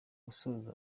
gusoza